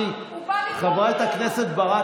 חברת הכנסת ברק,